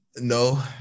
no